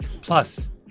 Plus